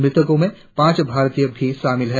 मृतकों में पांच भारतीय भी शामिल हैं